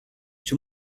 czy